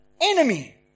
enemy